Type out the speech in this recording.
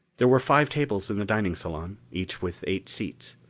there were five tables in the dining salon, each with eight seats.